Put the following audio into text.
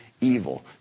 evil